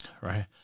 right